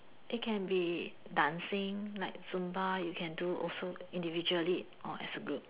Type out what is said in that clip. it can be dancing like Zumba you can do also individually or as a group